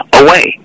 away